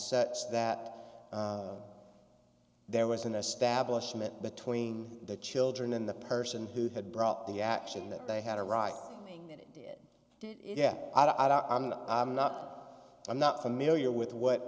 such that there was an establishment between the children and the person who had brought the action that they had a right to yeah i don't i'm not i'm not familiar with what